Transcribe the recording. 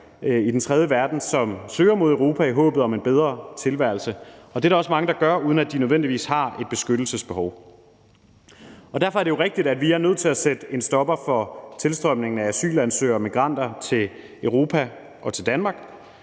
i den tredje verden, som søger mod Europa i håbet om en bedre tilværelse. Og det er der også mange der gør, uden at de nødvendigvis har et beskyttelsesbehov. Derfor er det jo rigtigt, at vi er nødt til at sætte en stopper for tilstrømningen af asylansøgere og migranter til Europa og til Danmark,